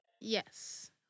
Yes